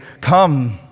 come